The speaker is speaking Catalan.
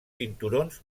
cinturons